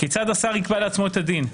כיצד השר יקבע לעצמו את הדין?